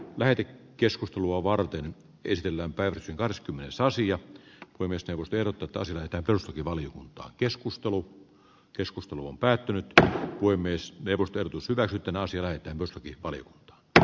väite keskustelua varten keskellä päivää kahdeskymmenes asiat ja voimistellut erotta tosin että pörssivaliokuntaa keskustelu keskustelu on päättynyt tai voi myös neuvoteltu siitä sitten asioitten nostatti oli dr